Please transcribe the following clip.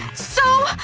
so.